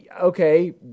Okay